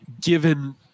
given